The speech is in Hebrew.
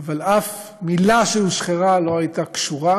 אבל אף מילה שהושחרה לא הייתה קשורה